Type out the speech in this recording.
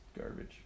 garbage